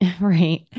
Right